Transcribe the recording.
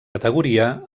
categoria